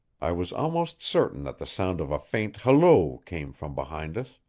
i was almost certain that the sound of a faint halloo came from behind us.